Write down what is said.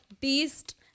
Beast